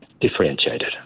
differentiated